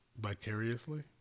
vicariously